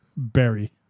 Berry